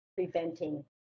preventing